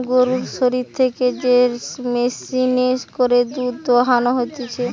গরুর শরীর থেকে যে মেশিনে করে দুধ দোহানো হতিছে